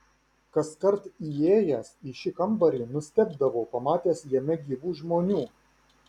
kaskart įėjęs į šį kambarį nustebdavau pamatęs jame gyvų žmonių